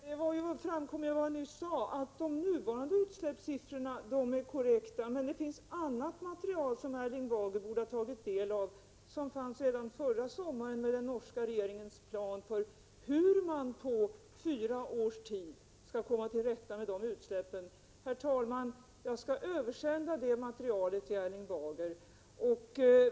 Herr talman! Av vad jag nyss sade framgår ju att de nuvarande utsläppssiffrorna är korrekta. Men det finns annat material som Erling Bager borde ha tagit del av och som fanns redan förra sommaren. Det gäller den norska regeringens plan för hur man på fyra års tid skall komma till rätta med utsläppen. Herr talman! Jag skall översända det materialet till Erling Bager.